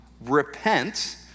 repent